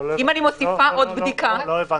אם אני מוסיפה עוד בדיקה --- לא הבנתי.